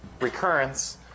recurrence